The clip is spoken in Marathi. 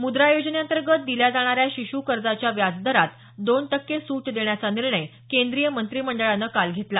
मुद्रा योजनेअंतर्गत दिल्या जाणाऱ्या शिश् कर्जाच्या व्याजदरात दोन टक्के सूट देण्याचा निर्णय केंद्रीय मंत्रिमंडळानं काल घेतला